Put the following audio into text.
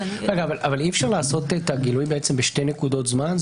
אבל אי-אפשר לעשות את הגילוי בעצם בשתי נקודות זמן?